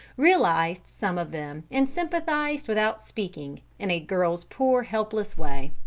realized some of them and sympathized without speaking, in a girl's poor, helpless way.